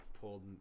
pulled